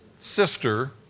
sister